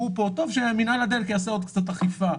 דיברו פה: טוב, שמינהל הדלק יעשה עוד קצת אכיפה.